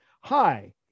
hi